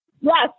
Yes